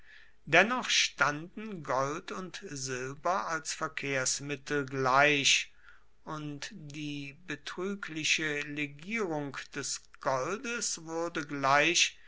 dennoch standen gold und silber als verkehrsmittel gleich und die betrügliche legierung des goldes wurde gleich